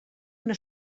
una